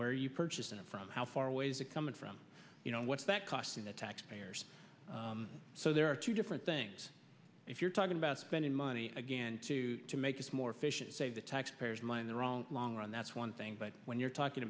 where you purchased it from how far away is it coming from you know what's that costing the taxpayers so there are two different things if you're talking about spending money again to make this more efficient save the taxpayers money in the wrong long run that's one thing but when you're talking